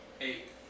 Eight